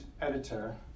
editor